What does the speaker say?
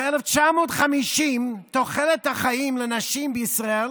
ב-1950 תוחלת החיים לנשים בישראל